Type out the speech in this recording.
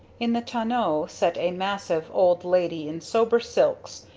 in the tonneau sat a massive old lady in sober silks,